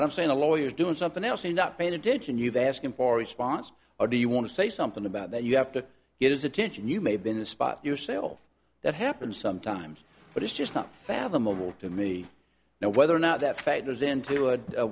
now i'm saying a lawyer is doing something else and not paying attention you've asked him for response or do you want to say something about that you have to get his attention you may have been a spot yourself that happens sometimes but it's just not fathomable to me now whether or not that factors into